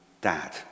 Dad